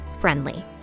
friendly